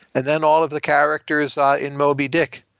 and then all of the characters in moby-dick,